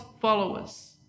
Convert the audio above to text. followers